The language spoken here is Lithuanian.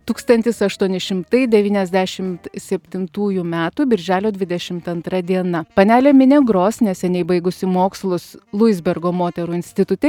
tūkstantis aštuoni šimtai devyniasdešimt septintųjų metų birželio dvidešimt antra diena panelė minė gros neseniai baigusi mokslus luisbergo moterų institute